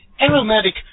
aromatic